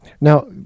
Now